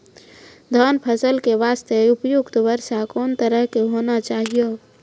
धान फसल के बास्ते उपयुक्त वर्षा कोन तरह के होना चाहियो?